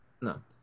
No